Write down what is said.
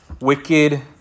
wicked